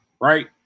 Right